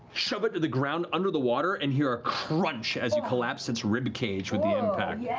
shove it to the ground, under the water, and hear a crunch as you collapse its ribcage with the impact. yeah